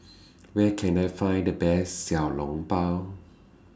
Where Can I Find The Best Xiao Long Bao